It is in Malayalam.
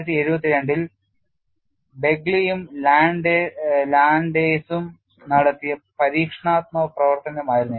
1972 ൽ ബെഗ്ലിയും ലാൻഡെസും നടത്തിയ പരീക്ഷണാത്മക പ്രവർത്തനമായിരുന്നു ഇത്